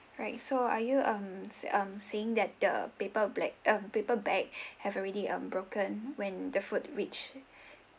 right so are you um um saying that the paper black ah paper bag have already um broken when the food reached